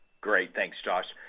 great. thanks, josh. a